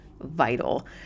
vital